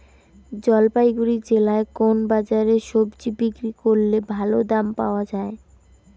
জলপাইগুড়ি জেলায় কোন বাজারে সবজি বিক্রি করলে ভালো দাম পাওয়া যায়?